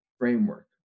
Framework